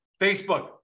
Facebook